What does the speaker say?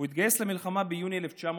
הוא התגייס למלחמה ביוני 1941,